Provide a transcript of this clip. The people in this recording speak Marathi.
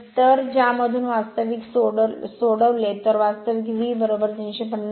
तर ज्यामधून वास्तविक सोडवले तर वास्तविक V 350